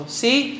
see